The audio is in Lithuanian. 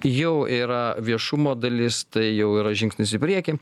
jau yra viešumo dalis tai jau yra žingsnis į priekį